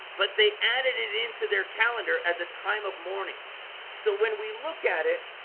but they added it into their calendar as a time of mourning so when we look at it,